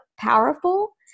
powerful